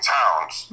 towns